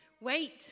Wait